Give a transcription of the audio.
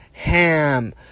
ham